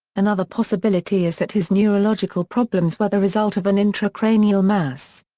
another possibility is that his neurological problems were the result of an intracranial mass.